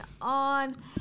on